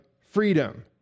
freedom